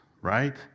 right